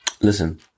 Listen